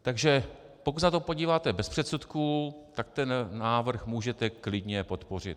Takže pokud se na to podíváte bez předsudků, tak ten návrh můžete klidně podpořit.